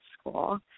school